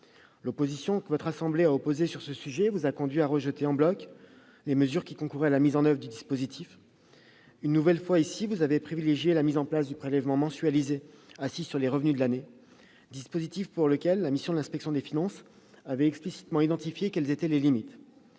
L'opposition que votre assemblée a manifestée sur ce sujet vous a conduits à rejeter en bloc les mesures qui concourent à la mise en oeuvre du dispositif. Une nouvelle fois, le Sénat a privilégié la mise en place d'un prélèvement mensualisé assis sur les revenus de l'année, dispositif dont une mission de l'Inspection générale des finances a explicitement identifié les limites.